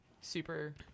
super